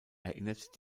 erinnert